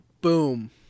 Boom